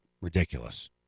ridiculous